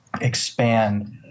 expand